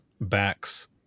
backs